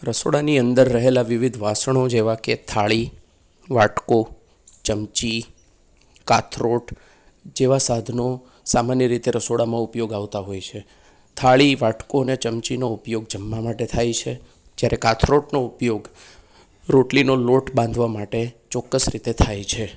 રસોડાની અંદર રહેલા વિવિધ વાસણો જેવાંકે થાળી વાટકો ચમચી કાથરોટ જેવાં સાધનો સામાન્ય રીતે રસોડામાં ઉપયોગ આવતાં હોય છે થાળી વાટકો અને ચમચીનો ઉપયોગ જમવા માટે થાય છે જ્યારે કાથરોટનો ઉપયોગ રોટલીનો લોટ બાંધવા માટે ચોક્કસ રીતે થાય છે